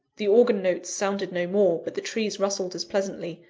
the organ-notes sounded no more but the trees rustled as pleasantly,